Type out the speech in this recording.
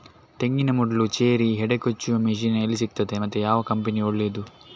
ತೆಂಗಿನ ಮೊಡ್ಲು, ಚೇರಿ, ಹೆಡೆ ಕೊಚ್ಚುವ ಮಷೀನ್ ಎಲ್ಲಿ ಸಿಕ್ತಾದೆ ಮತ್ತೆ ಯಾವ ಕಂಪನಿ ಒಳ್ಳೆದು?